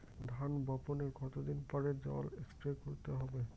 ধান বপনের কতদিন পরে জল স্প্রে করতে হবে?